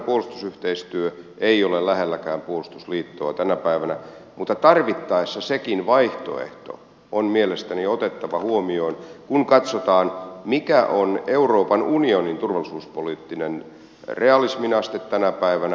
pohjoismainen puolustusyhteistyö ei ole lähelläkään puolustusliittoa tänä päivänä mutta tarvittaessa sekin vaihtoehto on mielestäni otettava huomioon kun katsotaan mikä on euroopan unionin turvallisuuspoliittinen realismin aste tänä päivänä